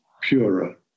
purer